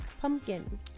pumpkin